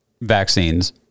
vaccines